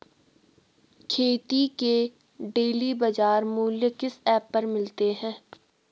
खेती के डेली बाज़ार मूल्य किस ऐप पर मिलते हैं?